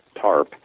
tarp